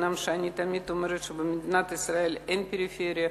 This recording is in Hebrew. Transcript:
אומנם אני תמיד אומרת שבמדינת ישראל אין פריפריה,